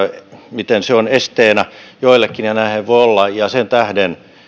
miten se on esteenä joillekin ja näinhän voi olla ja sen tähden